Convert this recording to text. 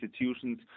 institutions